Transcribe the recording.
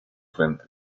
frente